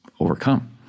overcome